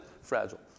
Fragile